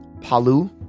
Palu